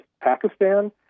Pakistan